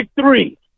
three